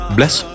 Bless